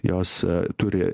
jos turi